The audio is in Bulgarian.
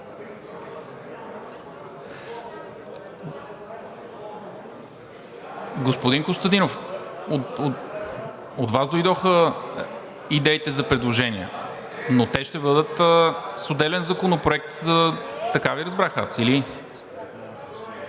Господин Костадинов, от Вас дойдоха идеите за предложения, но те ще бъдат с отделен законопроект. Така Ви разбрах аз, или?